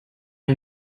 une